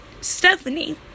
Stephanie